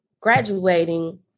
graduating